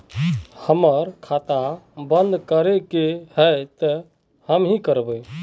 हमर खाता बंद करे के है ते हम की करबे?